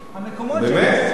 המקומונים של נס-ציונה, באמת?